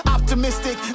Optimistic